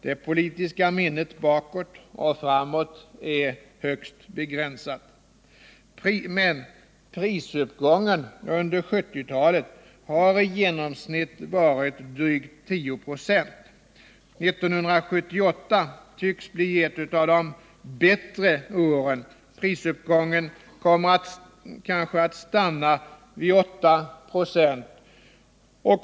Det politiska minnet är högst begränsat. Men prisuppgången under 1970-talet har i genomsnitt varit drygt 10 926. 1978 tycks bli ett av de bättre åren. Prisuppgången kommer kanske att stanna vid 8 96.